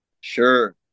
Sure